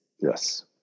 Yes